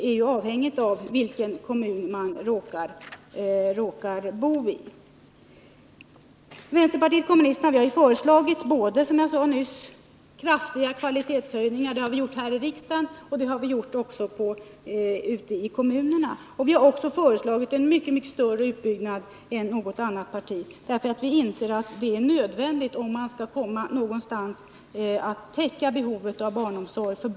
Hur man behandlas beror på i vilken kommun man råkar bo. Vänsterpartiet kommunisterna har som jag nyss sade föreslagit kraftiga kvalitetshöjningar. Detta har skett både i riksdagen och ute i kommunerna. Vi har också föreslagit en mycket större utbyggnad än något annat parti har gjort. Om man skall komma någonstans är det för barnens skull nödvändigt att täcka behovet av barnomsorg.